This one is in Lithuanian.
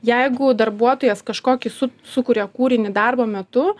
jeigu darbuotojas kažkokį su sukuria kūrinį darbo metu